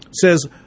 says